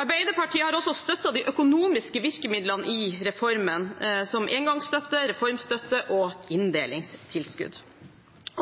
Arbeiderpartiet har også støttet de økonomiske virkemidlene i reformen, som engangsstøtte, reformstøtte og inndelingstilskudd.